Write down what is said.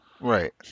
Right